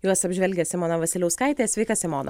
juos apžvelgia simona vasiliauskaitė sveika simona